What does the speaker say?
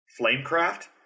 Flamecraft